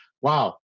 wow